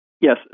Yes